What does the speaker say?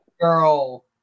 girl